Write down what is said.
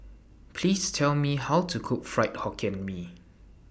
Please Tell Me How to Cook Fried Hokkien Mee